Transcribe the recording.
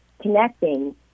connecting